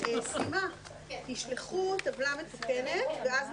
10:42.